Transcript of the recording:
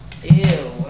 ew